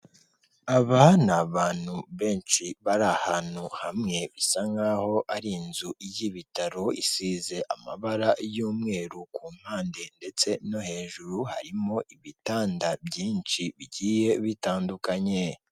Abana ni abantu benshi bari ahantu hamwe, bisa nk'aho ari inzu y'ibitaro, isize amabara y'umweru ku mpande ndetse no hejuru harimo ibitanda byinshi bigiye bitandukanye.